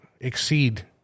exceed